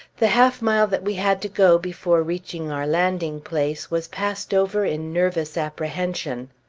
the half-mile that we had to go before reaching our landing-place was passed over in nervous apprehension.